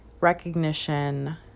recognition